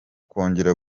kongera